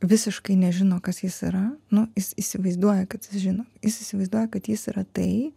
visiškai nežino kas jis yra nu jis įsivaizduoja kad jis žino jis įsivaizduoja kad jis yra tai